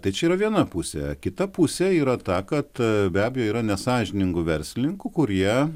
tai čia yra viena pusė kita pusė yra ta kad be abejo yra nesąžiningų verslininkų kurie